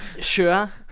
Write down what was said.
sure